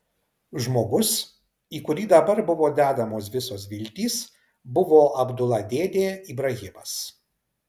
žmogus į kurį dabar buvo dedamos visos viltys buvo abdula dėdė ibrahimas